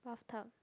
bathtub